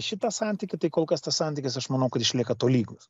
šitą santykį tai kol kas tas santykis aš manau kad išlieka tolygus